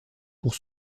pour